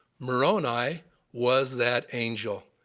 moroni was that angel.